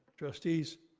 trustees,